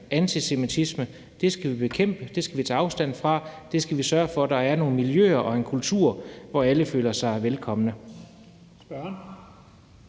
antisemitisme skal vi bekæmpe, det skal vi tage afstand fra, og vi skal sørge for, at der er nogle miljøer og en kultur, hvor alle føler sig velkomne.